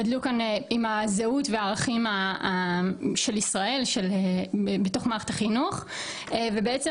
גדלו כאן עם הזהות והערכים של ישראל בתוך מערכת החינוך ובעצם